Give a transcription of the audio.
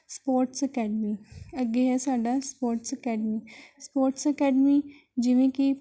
sports academy ਅੱਗੇ ਹੈ ਸਾਡਾ ਸਪੋਰਟਸ ਅਕੈਡਮੀ ਸਪੋਰਟਸ ਅਕੈਡਮੀ ਜਿਵੇਂ ਕਿ